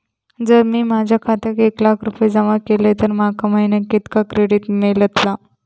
जर मी माझ्या खात्यात एक लाख रुपये जमा केलय तर माका महिन्याक कितक्या क्रेडिट मेलतला?